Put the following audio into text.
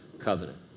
covenant